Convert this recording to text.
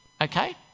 Okay